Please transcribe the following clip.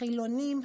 חילונים,